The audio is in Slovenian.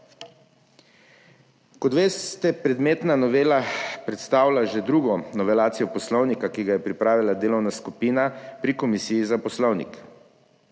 Kot veste, predmetna novela predstavlja že drugo novelacijo Poslovnika, ki ga je pripravila delovna skupina pri Komisiji za poslovnik.